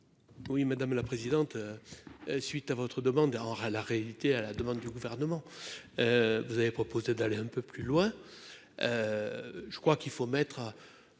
Oui, madame la présidente, suite à votre demande alors à la réalité, à la demande du gouvernement, vous avez proposé d'aller un peu plus loin, je crois qu'il faut mettre